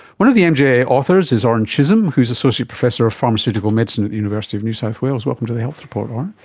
one of the mja authors is orin chisholm who is associate professor of pharmaceutical medicine at the university of new south wales. welcome to the health report orin.